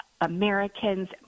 Americans